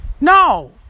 No